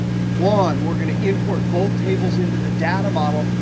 one, we're going to import both tables into the data model.